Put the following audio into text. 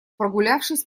прогулявшись